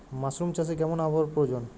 Mushroom চাষে কেমন আবহাওয়ার প্রয়োজন?